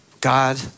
God